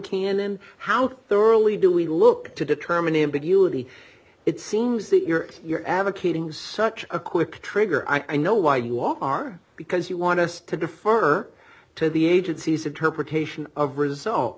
then how thoroughly do we look to determine ambiguity it seems that you're you're advocating such a quick trigger i know why you are because you want us to defer to the agencies interpretation of result